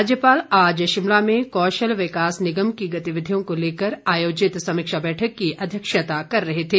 राज्यपाल आज शिमला में कौशल विकास निगम की गतिविधियों को लेकर आयोजित समीक्षा बैठक की अध्यक्षता कर रहे थे